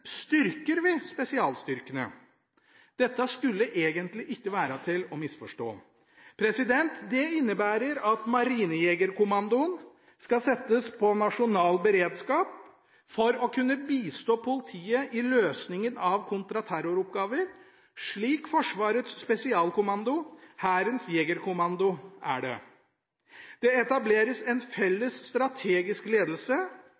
styrker vi spesialstyrkene. Dette skulle egentlig ikke være til å misforstå. Det innebærer: Marinejegerkommandoen skal settes på nasjonal beredskap for å kunne bistå politiet i løsningen av kontraterroroppgaver – slik Forsvarets spesialkommando/Hærens jegerkommando er det. Det etableres en felles strategisk ledelse